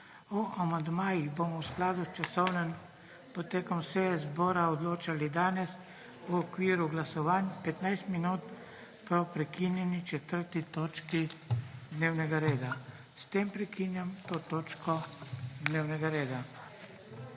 O amandmajih bomo v skladu s časovnim potekom seje zbora odločali danes v okviru glasovanj, 15 minut po prekinjeni 4. točki dnevnega reda. S tem prekinjam to točko dnevnega reda.